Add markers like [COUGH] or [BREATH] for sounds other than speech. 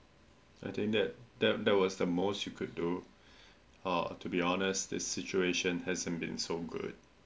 I think that that that was the most you could do [BREATH] or to be honest the situation hasn't been so good